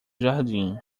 jardim